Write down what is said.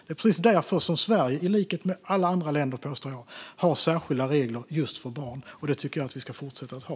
Det är precis därför Sverige i likhet med alla andra länder, påstår jag, har särskilda regler just för barn. Och det tycker jag att vi ska fortsätta att ha.